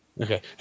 Okay